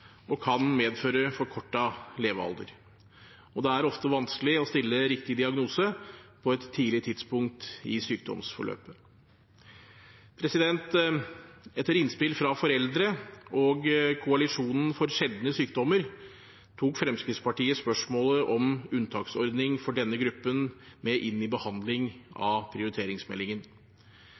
og kan medføre forkortet levealder. Og det er ofte vanskelig å stille riktig diagnose på et tidlig tidspunkt i sykdomsforløpet. Etter innspill fra foreldre og Koalisjonen for sjeldne sykdommer tok Fremskrittspartiet spørsmålet om unntaksordning for denne gruppen med inn i behandling av prioriteringsmeldingen